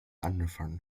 angefangen